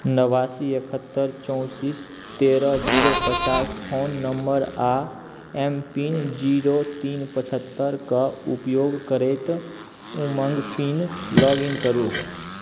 नवासी एकहत्तरि चौंतिस तेरह जीरो पचास फोन नम्बर आओर एम पिन जीरो तीन पचहत्तरिके उपयोग करैत उमङ्ग पिन लॉगिन करू